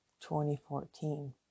2014